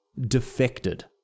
defected